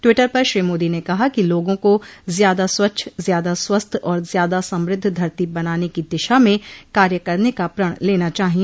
Twitter पर श्री मोदी ने कहा कि लोगों को ज्यादा स्वच्छ ज्यादा स्वस्थ और ज्यादा समृद्ध धरती बनाने की दिशा में कार्य करने का प्रण लेना चाहिए